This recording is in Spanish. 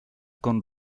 con